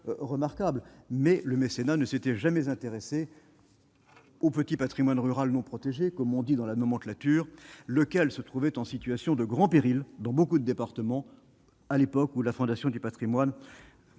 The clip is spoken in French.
mais le mécénat ne s'étaient jamais intéressés au petit Patrimoine rural non-protégé comme on dit dans la nomenclature, lequel se trouvaient en situation de grand péril dans beaucoup de départements, à l'époque où la Fondation du Patrimoine